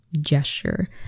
gesture